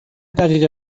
دقیقه